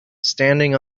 standing